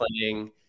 playing